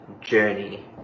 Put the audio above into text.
journey